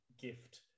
gift